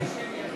שמי,